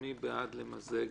מי בעד למזג?